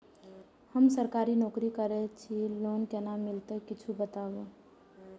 हम सरकारी नौकरी करै छी लोन केना मिलते कीछ बताबु?